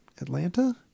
Atlanta